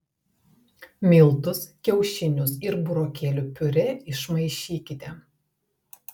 miltus kiaušinius ir burokėlių piurė išmaišykite